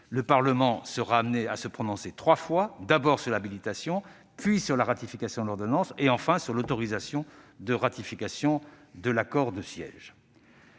le Parlement sera amené à se prononcer trois fois : d'abord sur l'habilitation, puis sur la ratification de l'ordonnance et, enfin, sur l'autorisation de ratification de l'accord de siège.